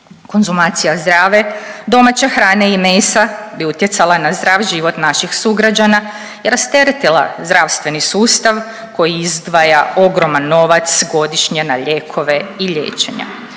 Konzumacija zdrave domaće hrane i mesa bi utjecala na zdrav život naših sugrađana i rasteretila zdravstveni sustav koji izdvaja ogroman novac godišnje na lijekove i liječenja.